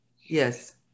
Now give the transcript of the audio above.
Yes